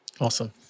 Awesome